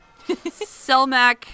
Selmac